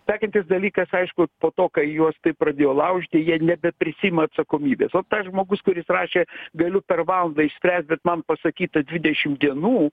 sekantis dalykas aišku po to kai juos taip pradėjo laužyti jie nebeprisiima atsakomybės ot tas žmogus kuris rašė galiu per valandą išspręst bet man pasakyta dvidešim dienų